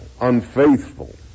unfaithful